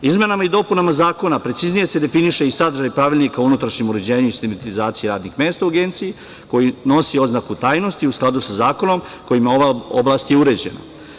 Izmenama i dopunama Zakona preciznije se definiše i sadržaj Pravilnika o unutrašnjim uređenju i sistematizaciji radnih mesta u Agenciji koji nosi oznaku tajnosti i u skladu sa zakonom kojima je ova oblast i uređena.